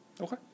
Okay